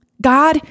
God